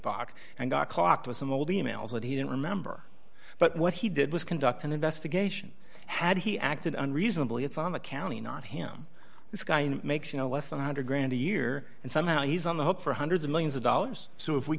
box and got clocked with some old e mails that he didn't remember but what he did was conduct an investigation had he acted on reasonably it's on a county not him this guy makes you know less than a one hundred grand a year and somehow he's on the hook for hundreds of millions of dollars so if we